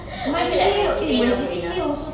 I feel like my G_P_A not good enough